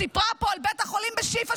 סיפרה פה על בית החולים שיפא,